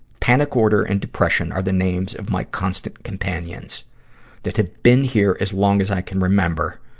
panic order and depression are the names of my constant companions that had been here as long as i can remember.